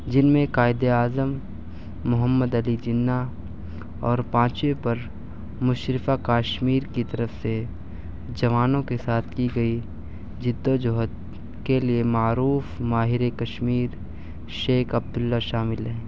جن میں قائد اعظم محمد علی جناح اور پانچویں پر مشرفہ کاشمیر کی طرف سے جوانوں کے ساتھ کی گئی جد و جہد کے لیے معروف ماہر کشمیر شیخ عبداللہ شامل ہیں